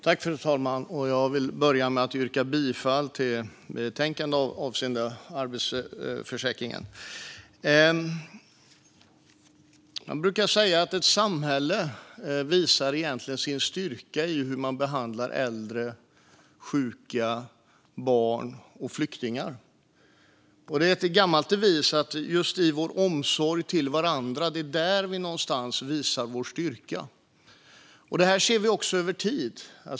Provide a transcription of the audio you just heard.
Fru talman! Jag vill börja med att yrka bifall till utskottets förslag när det gäller arbetslöshetsförsäkringen. Man brukar säga att ett samhälle visar sin styrka när det gäller hur man behandlar äldre, sjuka, barn och flyktingar. Det är en gammal devis: Det är i omsorgen om varandra som vi visar vår styrka. Detta ser vi också över tid.